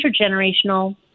intergenerational